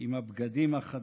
עם הבגדים החדשים.